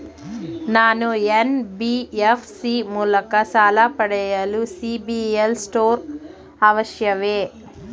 ನಾನು ಎನ್.ಬಿ.ಎಫ್.ಸಿ ಮೂಲಕ ಸಾಲ ಪಡೆಯಲು ಸಿಬಿಲ್ ಸ್ಕೋರ್ ಅವಶ್ಯವೇ?